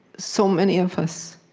so many of us